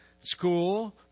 school